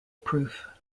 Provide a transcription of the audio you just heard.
proof